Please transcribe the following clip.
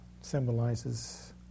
symbolizes